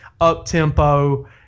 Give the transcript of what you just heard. up-tempo